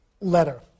letter